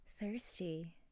Thirsty